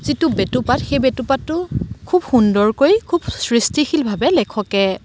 যিটো বেটুপাত সেই বেটুপাতটো খুব সুন্দৰকৈ খুব সৃষ্টিশীলভাৱে লেখকে